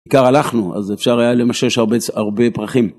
העיקר הלכנו אז אפשר היה למשש הרבה הרבה פרחים.